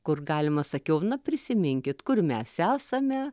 kur galima sakiau na prisiminkit kur mes esame